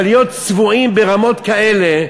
אבל להיות צבועים ברמות כאלה,